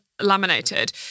laminated